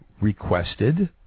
requested